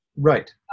right